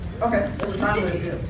Okay